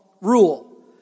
rule